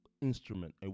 instrument